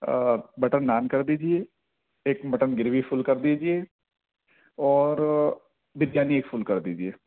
butter naan کر دیجیے ایک مٹن گروی فل کر دیجیے اور بریانی ایک فل کر دیجیے